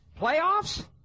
playoffs